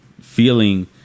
feeling